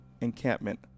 encampment